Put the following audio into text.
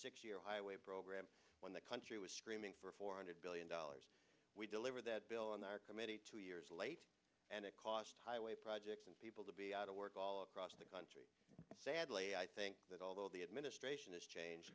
six year highway program when the country was screaming for four hundred billion dollars we delivered that bill on our committee two years late and it cost highway projects and people to be out of work all across the country sadly i think that although the administration is chang